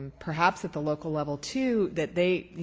perhaps at the local level too, that they you